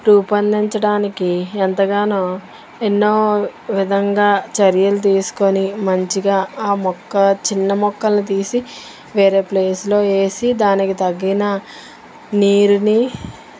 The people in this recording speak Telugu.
రూపొందించడానికి ఎంతగానో ఎన్నో విధంగా చర్యలు తీసుకొని మంచిగా ఆ మొక్క చిన్న మొక్కలని తీసి వేరే ప్లేస్లో వేసి దానికి తగిన నీరుని